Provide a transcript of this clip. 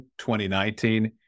2019